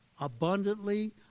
abundantly